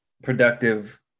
productive